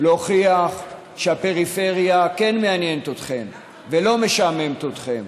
להוכיח שהפריפריה כן מעניינת אתכם ולא משעממת אתכם,